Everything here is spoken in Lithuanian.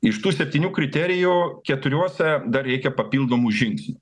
iš tų septynių kriterijų keturiuose dar reikia papildomų žingsnių